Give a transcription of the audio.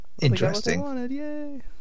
interesting